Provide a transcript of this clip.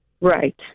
Right